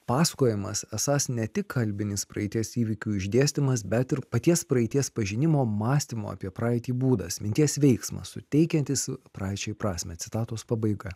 pasakojimas esąs ne tik kalbinis praeities įvykių išdėstymas bet ir paties praeities pažinimo mąstymo apie praeitį būdas minties veiksmas suteikiantis praeičiai prasmę citatos pabaiga